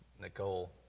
Nicole